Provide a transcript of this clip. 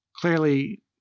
Clearly